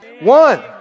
One